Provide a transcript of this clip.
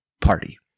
party